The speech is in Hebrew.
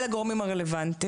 אל הגורמים הרלוונטיים.